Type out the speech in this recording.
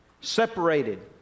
separated